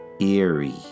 Eerie